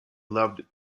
loved